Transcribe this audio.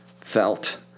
felt